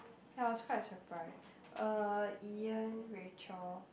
and I was quite surprised uh Ian Rachel